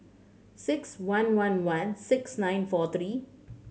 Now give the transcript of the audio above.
six one one one six nine four three